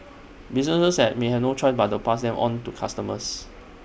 businesses said may have no choice but to pass them on to customers